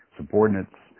subordinates